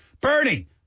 Bernie